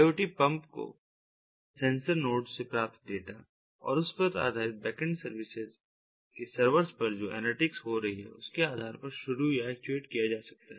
IoT pump को sensor nodes से प्राप्त डेटा और उस पर आधारित बैकएंड सर्विसेज के सर्वर्स पर जो एनालिटिक्स हो रही है उसके आधार पर शुरू या एक्चुएट किया जा सकता है